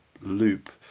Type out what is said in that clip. loop